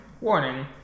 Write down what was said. Warning